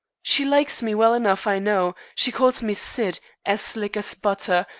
she likes me well enough, i know. she calls me syd as slick as butter,